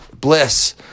bliss